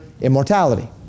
immortality